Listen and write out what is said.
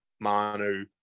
manu